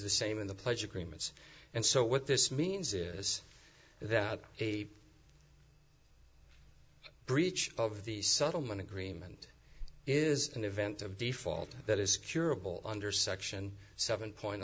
the same in the pledge agreements and so what this means is that a breach of the settlement agreement is an event of default that is curable under section seven point